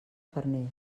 farners